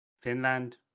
Finland